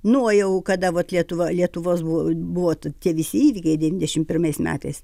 nu o jau kada vot lietuva lietuvos buvo buvot tie visi įvykiai devyniasdešimt pirmais metais